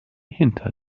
hinter